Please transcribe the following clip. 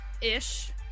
ish